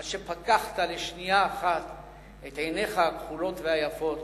עד שפקחת לשנייה אחת את עיניך הכחולות והיפות